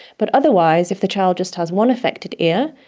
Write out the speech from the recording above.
but otherwise, if the child just has one affected ear,